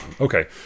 Okay